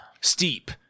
Steep